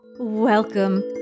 Welcome